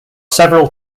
several